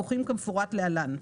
דיווחים כמפורט להלן: